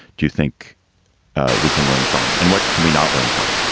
do you think we can learn from and what can we not learn from?